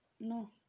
no